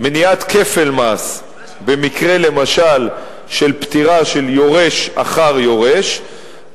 מניעת כפל מס למשל במקרה של פטירה של יורש אחר יורש,